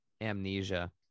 Amnesia